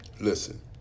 listen